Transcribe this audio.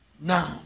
now